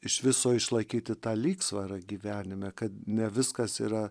iš viso išlaikyti tą lygsvarą gyvenime kad ne viskas yra